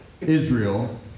Israel